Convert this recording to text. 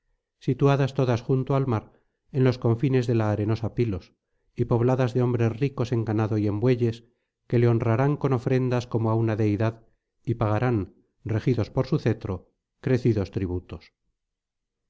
situadas todas junto al mar en los confines de la arenosa pilos y pobladas de hombres ricos en ganado y en bueyes que le honrarán con ofrendas como á una deidad y pagarán regidos por su cetro crecidos tributos